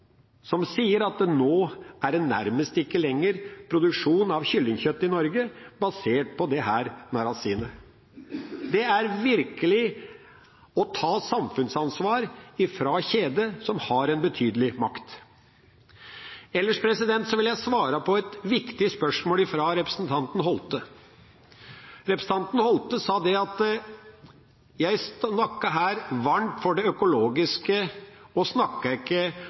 som sier at nå er det nærmest ikke lenger produksjon av kyllingkjøtt i Norge basert på dette narasinet. Det er virkelig å ta samfunnsansvar av en kjede som har en betydelig makt. Ellers vil jeg svare på et viktig spørsmål fra representanten Holthe. Han sa at jeg her snakket varmt for det økologiske og ikke